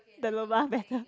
the lobang better